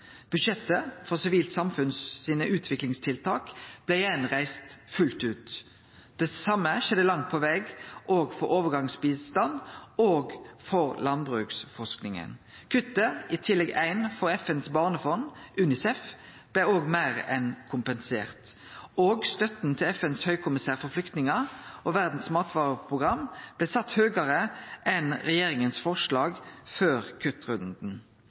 Budsjettet for utviklingstiltak i det sivile samfunnet blei retta opp att fullt ut. Det same skjedde langt på veg òg for overgangsbistand og for landbruksforskinga. Kuttet i Tillegg 1 i FNs barnefond, UNICEF, blei òg meir enn kompensert. Og støtta til FNs høgkommissær for flyktningar og Verdas matvareprogram blei sett høgare enn forslaget frå regjeringa før kuttrunden.